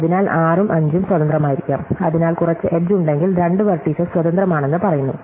അതിനാൽ 6 ഉം 5 ഉം സ്വതന്ത്രമായിരിക്കാം അതിനാൽ കുറച്ച് എഡ്ജ് ഉണ്ടെങ്കിൽ രണ്ട് വെർടീസസ് സ്വതന്ത്രമാണെന്ന് പറയുന്നു